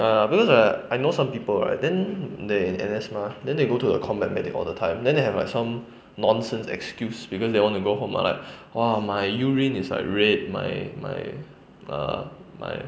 ya because like I know some people right then they N_S mah then they go to the combat medic all the time then they have like some nonsense excuse because they want to go home like !wah! my urine is like red my my err my